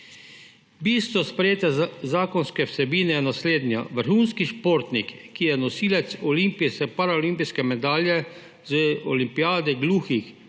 Bistvo sprejete zakonske vsebine je naslednje. Vrhunski športnik, ki je nosilec olimpijske, paraolimpijske medalje, medalje z olimpijade gluhih,